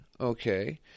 okay